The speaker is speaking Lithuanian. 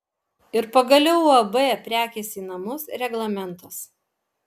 ir pagaliau uab prekės į namus reglamentas